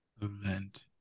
Event